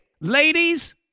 Ladies